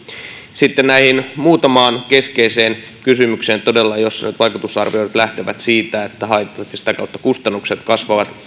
sitten näihin muutamaan keskeiseen kysymykseen todella joissa nyt vaikutusarvioinnit lähtevät siitä että haitat ja sitä kautta kustannukset kasvavat